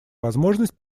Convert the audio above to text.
возможность